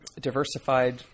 diversified